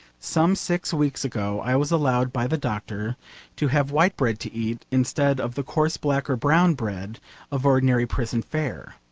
some six weeks ago i was allowed by the doctor to have white bread to eat instead of the coarse black or brown bread of ordinary prison fare.